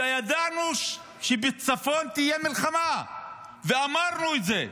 וידענו שבצפון תהיה מלחמה ואמרנו את זה,